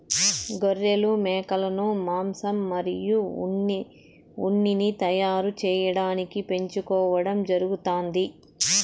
గొర్రెలు, మేకలను మాంసం మరియు ఉన్నిని తయారు చేయటానికి పెంచుకోవడం జరుగుతాంది